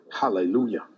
Hallelujah